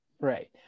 Right